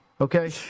Okay